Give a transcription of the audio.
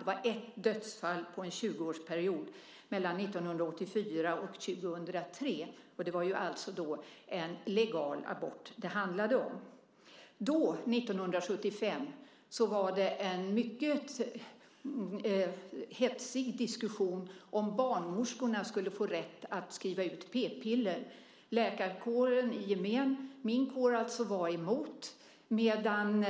Det var ett dödsfall på en 20-årsperiod mellan 1984 och 2003, och det var alltså en legal abort det handlade om. Då, 1975, var det en mycket hetsig diskussion om barnmorskorna skulle få rätt att skriva ut p-piller. Läkarkåren i gemen, min kår alltså, var emot, medan